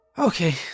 Okay